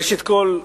ראשית כול,